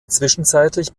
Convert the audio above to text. zwischenzeitlich